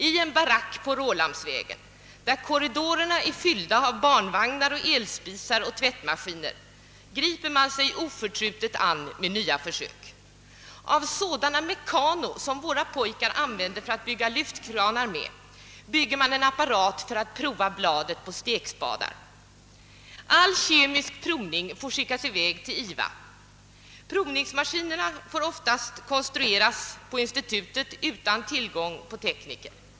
I en barack vid Rålambsvägen, där korridorerna är fyllda av barnvagnar, elspisar och tvättmaskiner, griper man sig oförtrutet an med nya försök. Av sådana meccano som våra pojkar använder för att bygga lyftkranar bygger man där t.ex. en apparat för att prova bladet på en stekspade, All kemisk provning måste skickas till IVA. Provningsmaskinerna har ofta konstruerats på institutet utan tillgång till tekniker.